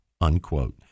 unquote